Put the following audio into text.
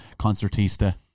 Concertista